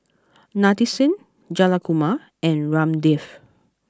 Nadesan Jayakumar and Ramdev